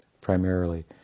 primarily